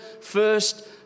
first